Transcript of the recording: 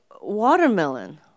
watermelon